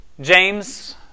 James